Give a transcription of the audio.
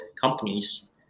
companies